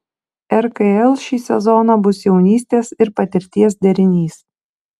rkl šį sezoną bus jaunystės ir patirties derinys